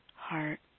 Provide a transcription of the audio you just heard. heart